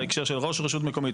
בהקשר של ראש רשות מקומית,